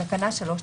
בתקנה 3,